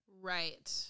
Right